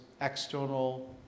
external